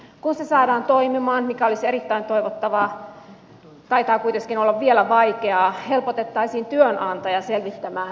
kun se saadaan toimimaan mikä olisi erittäin toivottavaa mutta taitaa kuitenkin olla vielä vaikeaa helpottaisi se työnantajia työntekijöiden taustojen selvittämisessä